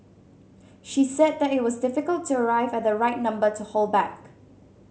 she said that it was difficult to arrive at the right number to hold back